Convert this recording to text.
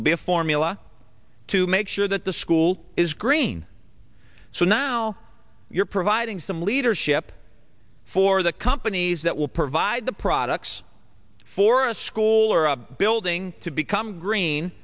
will be a formula to make sure that the school is green so now you're providing some leadership for the companies that will provide the products for a school or a building to become green